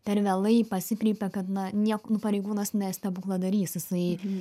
per vėlai pasikreipė kad na nie nu pareigūnas ne stebukladarys jisai